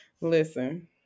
Listen